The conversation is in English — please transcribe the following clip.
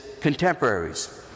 contemporaries